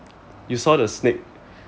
you saw the snake